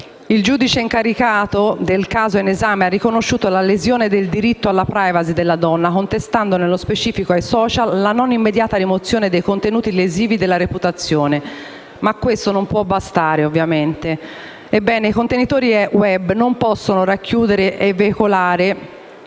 Il giudice incaricato del caso in esame ha riconosciuto la lesione del diritto alla *privacy* della donna, contestando nello specifico ai *social* la non immediata rimozione dei contenuti lesivi della reputazione. Ma questo non può bastare, ovviamente. Ebbene, i contenitori *web* non posso racchiudere e veicolare